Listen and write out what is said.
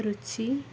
ರುಚಿ